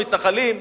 המתנחלים,